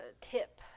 tip